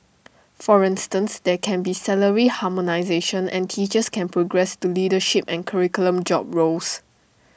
for instance there can be salary harmonisation and teachers can progress to leadership and curriculum job roles